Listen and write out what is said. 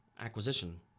acquisition